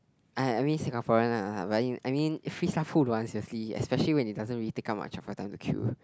!aiya! I mean Singaporean lah but I mean free stuff who don't want seriously especially when it doesn't really take up much of your time to queue